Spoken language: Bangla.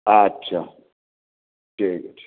আচ্ছা ঠিক আছে